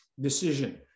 decision